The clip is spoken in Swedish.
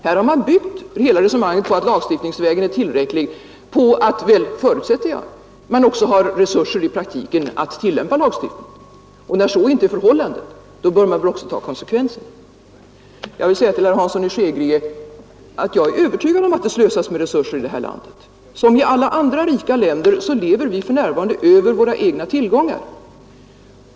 Här har man byggt upp det på att lagstiftningsvägen är tillräcklig, men det förutsätter att man har resurser i praktiken att tillämpa lagstiftningen, och när så inte är förhållandet bör man väl också ta konsekvensen därav. Till herr Hansson i Skegrie vill jag säga att jag är övertygad om att det slösas med resurser här i landet. Som alla andra rika länder lever vi för närvarande över våra egna tillgångar.